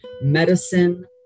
medicine